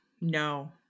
No